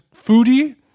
foodie